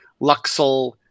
Luxel